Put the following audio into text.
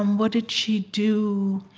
um what did she do